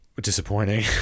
disappointing